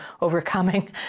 overcoming